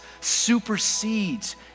supersedes